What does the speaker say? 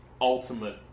ultimate